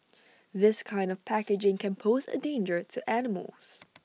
this kind of packaging can pose A danger to animals